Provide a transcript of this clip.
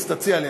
תציע לי.